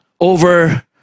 Over